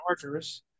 chargers